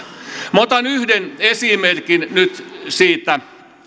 minä otan yhden esimerkin nyt siitä